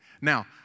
Now